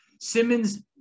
Simmons